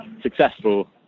successful